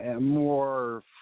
more